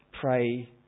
pray